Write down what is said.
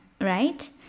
right